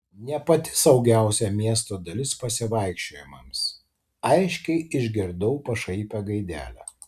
ne pati saugiausia miesto dalis pasivaikščiojimams aiškiai išgirdau pašaipią gaidelę